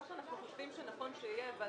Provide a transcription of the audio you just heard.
מה שאנחנו חושבים שנכון שיהיה,